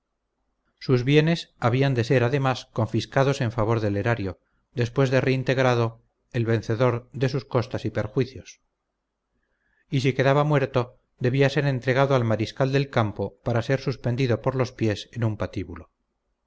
sus bienes habían de ser además confiscados en favor del erario después de reintegrado el vencedor de sus costas y perjuicios y si quedaba muerto debía ser entregado al mariscal del campo para ser suspendido por los pies en un patíbulo